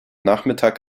nachmittag